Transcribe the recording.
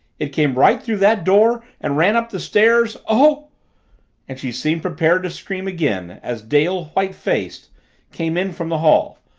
it came right through that door and ran up the stairs oh and she seemed prepared to scream again as dale, white-faced, came in from the hall,